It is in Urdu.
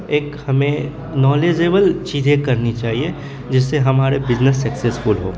ایک ہمیں نالیجیبل چیزیں کرنی چاہیے جس سے ہمارے بزنس سکسیز فل ہو